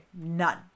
None